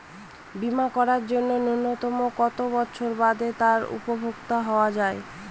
বীমা করার জন্য ন্যুনতম কত বছর বাদে তার উপভোক্তা হওয়া য়ায়?